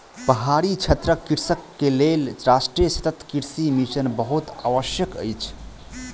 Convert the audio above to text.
पहाड़ी क्षेत्रक कृषक के लेल राष्ट्रीय सतत कृषि मिशन बहुत आवश्यक अछि